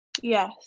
yes